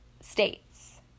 states